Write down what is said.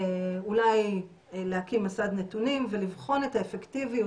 אולי להקים מסד נתונים ולבחון את האפקטיביות,